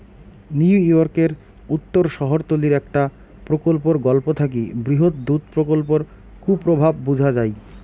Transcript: নিউইয়র্কের উত্তর শহরতলীর একটা প্রকল্পর গল্প থাকি বৃহৎ দুধ প্রকল্পর কুপ্রভাব বুঝা যাই